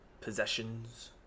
possessions